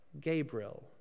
Gabriel